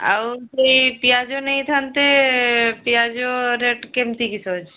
ଆଉ ସେଇ ପିଆଜ ନେଇଥାନ୍ତେ ପିଆଜ ରେଟ୍ କେମତି କିସ ଅଛି